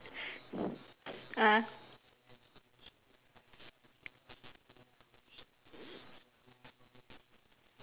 a'ah